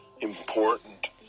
important